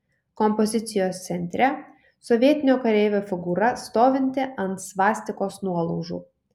kompozicijos centre sovietinio kareivio figūra stovinti ant svastikos nuolaužų